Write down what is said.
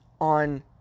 on